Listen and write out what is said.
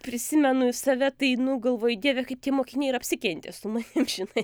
prisimenu i save tai nu galvoju dieve kaip tie mokiniai ir apsikentė su manim žinai